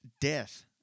death